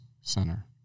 Center